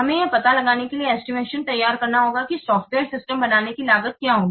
हमें यह पता लगाने के लिए एस्टिमेशन तैयार करना होगा कि सॉफ्टवेयर सिस्टम बनाने की लागत क्या होगी